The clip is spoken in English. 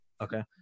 Okay